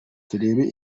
turebe